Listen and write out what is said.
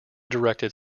directed